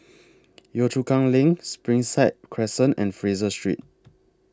Yio Chu Kang LINK Springside Crescent and Fraser Street